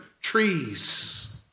trees